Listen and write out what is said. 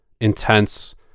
intense